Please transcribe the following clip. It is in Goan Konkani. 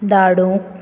धाडूंक